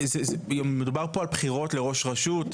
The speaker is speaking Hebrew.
מדובר פה על בחירות לראש רשות,